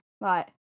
Right